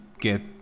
get